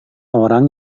orang